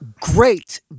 great